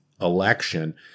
election